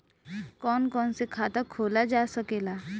कौन कौन से खाता खोला जा सके ला?